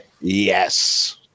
yes